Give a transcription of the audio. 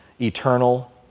eternal